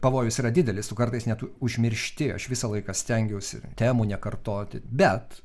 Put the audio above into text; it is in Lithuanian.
pavojus yra didelis o kartais net užmiršti aš visą laiką stengiausi temų nekartoti bet